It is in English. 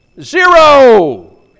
Zero